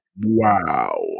Wow